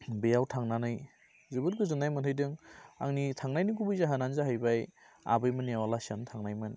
बेयाव थांनानै जोबोद गोजोननाय मोहैदों आंनि थांनायनि गुबै जाहोनानो जाहैबाय आबैमोननियाव आलासि जानो थांनायमोन